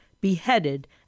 beheaded